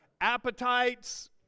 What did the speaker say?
appetites